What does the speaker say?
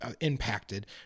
impacted